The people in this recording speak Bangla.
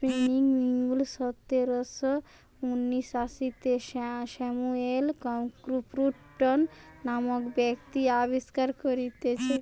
স্পিনিং মিউল সতেরশ ঊনআশিতে স্যামুয়েল ক্রম্পটন নামক ব্যক্তি আবিষ্কার কোরেছে